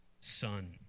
Son